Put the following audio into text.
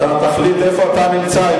אתה תחליט איפה אתה נמצא,